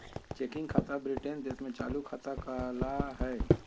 checking खाता Britain देश में चालू खाता कहला हय